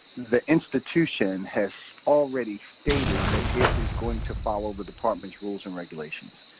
the institution has already stated that it is going to follow the department's rules and regulations.